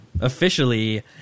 Officially